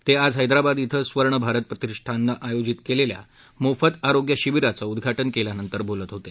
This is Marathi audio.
ते आज हैदराबाद इथं स्वर्ण भारत प्रतिष्ठाननं आयोजित केलेल्या मोफत आरोग्य शिबीराचं उद्घाटन केल्यानंतर बोलत होते